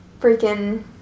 freaking